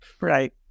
Right